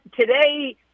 today